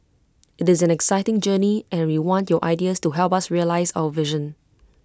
IT is an exciting journey and we want your ideas to help us realise our vision